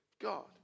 God